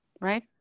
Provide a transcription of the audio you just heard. right